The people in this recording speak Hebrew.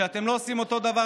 שאתם לא עושים את אותו הדבר,